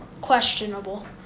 questionable